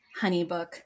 HoneyBook